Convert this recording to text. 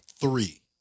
three